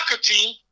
team